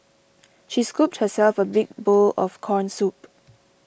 she scooped herself a big bowl of Corn Soup